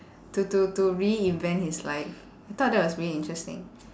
to to to reinvent his life I thought that was pretty interesting